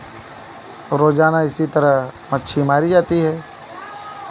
रोज़ाना इसी तरह मच्छी मारी जाती है